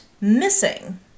missing